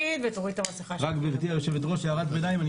רק גבירתי היושבת-ראש, הערת ביניים.